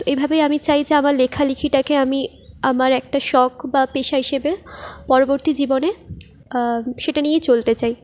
তো এইভাবেই আমি চাই যে আমার লেখালিখিটাকে আমি আমার একটা শখ বা পেশা হিসেবে পরবর্তী জীবনে সেটা নিয়েই চলতে চাই